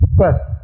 first